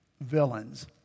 villains